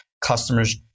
customers